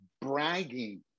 bragging